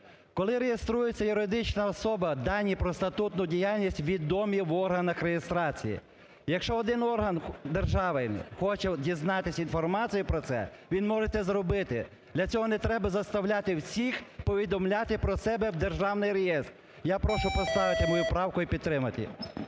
Коли реєструється юридична особа, дані про статутну діяльність відомі в органах реєстрації, якщо один орган держави хоче дізнатись інформацію про це, він може це зробити, для цього не треба заставляти всіх повідомляти про себе в державний реєстр. Я прошу поставити мою правку і підтримати.